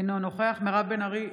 אינו נוכח מירב בן ארי,